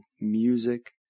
music